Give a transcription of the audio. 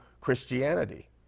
Christianity